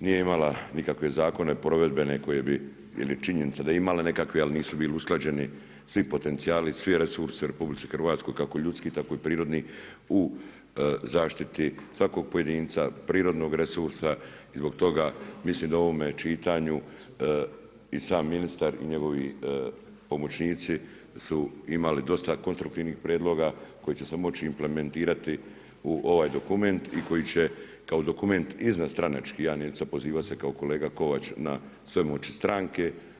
nije imala nikakve zakone provedbene koji bi ili činjenice da je imala nekakve, ali nisu bili usklađeni svi potencijali, svi resursi u RH, kako ljudski tako i prirodni u zaštiti svakog pojedinca, prirodnog resursa i zbog toga mislim da u ovome čitanju i sam ministar i njegovi pomoćnici su imali dosta konstruktivnih prijedloga koji će se moći implementirati u ovaj dokument i koji će kao dokument izvanstranački, ja neću se pozivati kao kolega Kovač na svemoć stranke.